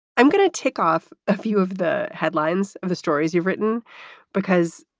i'm going to tick off a few of the headlines of the stories you've written because